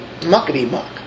muckety-muck